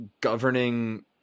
governing